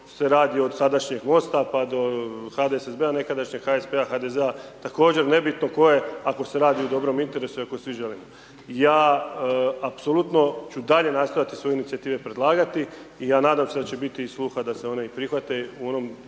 se radi o sadašnjeg gosta pa do HDSSB-a nekadašnjeg, HSP-a, HDZ-a također, nebitno tko je ako se radi o dobrom interesu i ako svi želimo. Ja apsolutno ću dalje nastojati svoje inicijative predlagati i ja nadam se da će biti i sluha da se one i prihvate u onoj